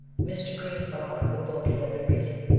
mr. green thought of the book he had been reading,